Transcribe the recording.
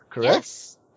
Yes